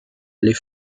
les